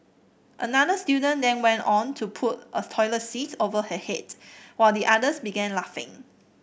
another student then went on to put a toilet seat over her head while the others began laughing